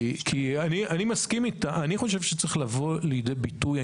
אני חושב שהאינטרס הציבורי הזה צריך לבוא לידי ביטוי,